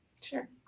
sure